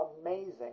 amazing